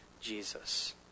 Jesus